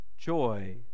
joy